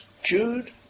Jude